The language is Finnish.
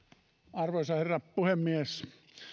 arvoisa herra puhemies